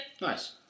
Nice